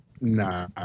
Nah